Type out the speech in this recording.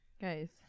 Guys